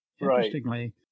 Interestingly